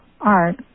art